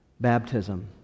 Baptism